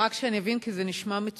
רק שאני אבין, כי זה נשמע מצוין,